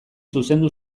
zuzendu